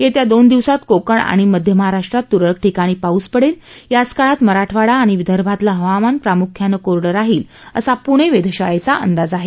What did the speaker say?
येत्या दोन दिवसात कोकण आणि मध्य महाराष्ट्रात तुरळक ठिकाणी पाऊस पडेल याच काळात मराठवाडा आणि विदर्भातलं हवामान प्रामुख्याने कोरडं राहील असा प्णे वेधशाळेचा अंदाज आहे